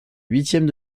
huitièmes